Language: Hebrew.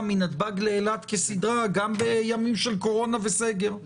מנתב"ג לאילת כסדרה גם בימים של קורונה וסגר,